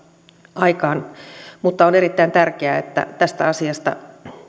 aikaan on erittäin tärkeää että tästä asiasta